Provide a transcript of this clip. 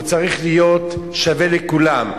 צריך להיות שווה לכולם,